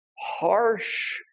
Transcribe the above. harsh